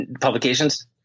publications